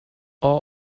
all